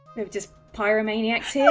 it just pyromaniacs yeah